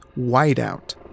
Whiteout